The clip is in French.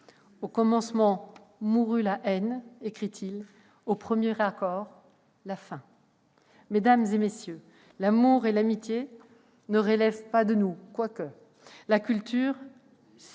« Au commencement mourut la haine », écrit-il, « aux premiers accords, la faim ».